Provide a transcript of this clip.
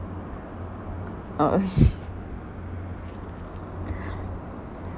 oh